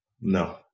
No